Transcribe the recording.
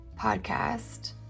podcast